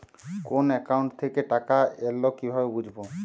কোন একাউন্ট থেকে টাকা এল কিভাবে বুঝব?